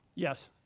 yes.